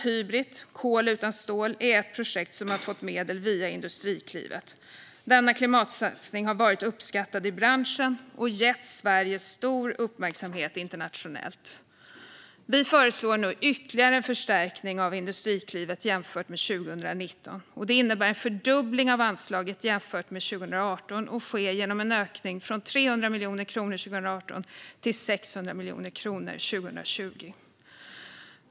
Hybrit - stål utan kol - är ett projekt som har fått medel via Industriklivet. Denna klimatsatsning har varit uppskattad i branschen och gett Sverige stor uppmärksamhet internationellt. Vi föreslår nu ytterligare en förstärkning av Industriklivet jämfört med 2019. Detta innebär en fördubbling av anslaget jämfört med 2018 och sker genom en ökning från 300 miljoner kronor 2018 till 600 miljoner kronor 2020.